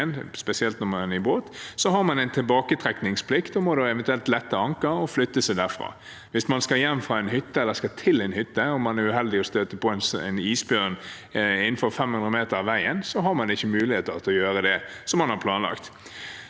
spesielt når man er i båt, har man tilbaketrekningsplikt og må eventuelt lette anker og flytte seg derfra. Hvis man skal til eller hjem fra en hytte og er uheldig og støter på en isbjørn innenfor 500 meter fra veien, har man ikke mulighet til å gjøre det man har planlagt.